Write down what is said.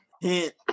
hint